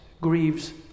grieves